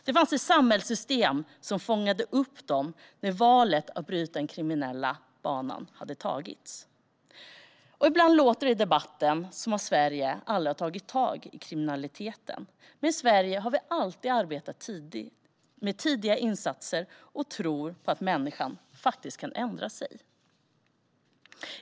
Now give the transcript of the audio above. Det fanns ett samhällssystem som fångade upp dem när valet att bryta den kriminella banan hade gjorts. Ibland låter det i debatten som om Sverige aldrig har tagit tag i kriminaliteten, men i Sverige har vi alltid arbetat med tidiga insatser och tror på att människan faktiskt kan ändra sig.